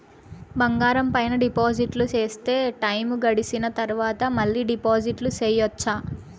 బంగారం పైన డిపాజిట్లు సేస్తే, టైము గడిసిన తరవాత, మళ్ళీ డిపాజిట్లు సెయొచ్చా?